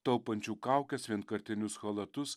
taupančių kaukes vienkartinius chalatus